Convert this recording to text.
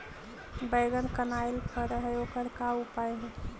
बैगन कनाइल फर है ओकर का उपाय है?